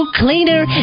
cleaner